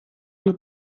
alla